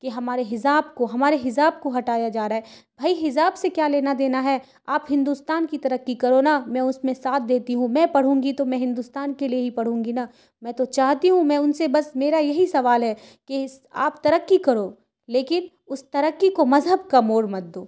کہ ہمارے حجاب کو ہمارے حجاب کو ہٹایا جا رہا ہے بھائی حجاب سے کیا لینا دینا ہے آپ ہندوستان کی ترقی کرو نا میں اس میں ساتھ دیتی ہوں میں پڑھوں گی تو میں ہندوستان کے لیے ہی پڑھوں گی نا میں تو چاہتی ہوں میں ان سے بس میرا یہی سوال ہے کہ آپ ترقی کرو لیکن اس ترقی کو مذہب کا موڑ مت دو